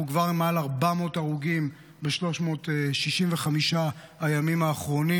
אנחנו כבר עם מעל 400 הרוגים ב-365 הימים האחרונים.